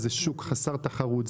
זה שוק חסר תחרות.